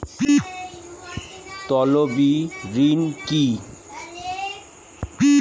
তলবি ঋণ কি?